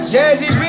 Jazzy